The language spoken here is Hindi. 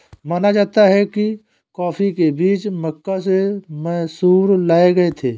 माना जाता है कि कॉफी के बीज मक्का से मैसूर लाए गए थे